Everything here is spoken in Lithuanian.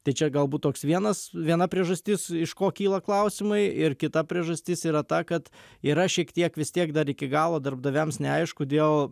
tai čia galbūt toks vienas viena priežastis iš ko kyla klausimai ir kita priežastis yra ta kad yra šiek tiek vis tiek dar iki galo darbdaviams neaišku dėl